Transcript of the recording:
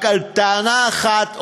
רק על טענה אחת,